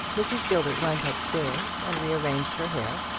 mrs. gilbert went up-stairs and rearranged her hair,